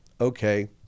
okay